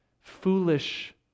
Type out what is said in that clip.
foolish